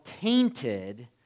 tainted